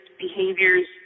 behaviors